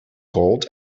gold